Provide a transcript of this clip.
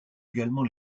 également